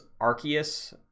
Arceus